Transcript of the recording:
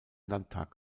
landtag